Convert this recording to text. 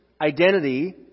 identity